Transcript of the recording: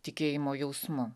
tikėjimo jausmu